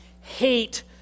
hate